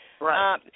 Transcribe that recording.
Right